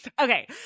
Okay